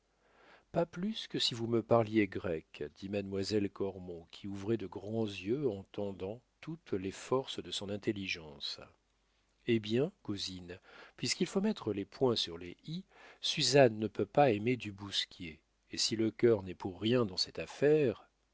pas plus que si vous me parliez grec dit mademoiselle cormon qui ouvrait de grands yeux en tendant toutes les forces de son intelligence hé bien cousine puisqu'il faut mettre les points sur les i suzanne ne peut pas aimer du bousquier et si le cœur n'est pour rien dans cette affaire